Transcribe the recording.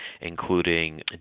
including